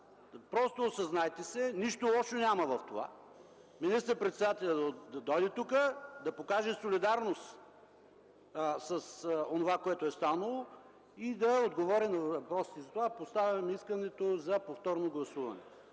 Просто осъзнайте се – нищо лошо няма в това министър-председателят да дойде тук, да покаже солидарност с онова, което е станало, и да отговори на въпросите. Затова поставям искането за повторно гласуване.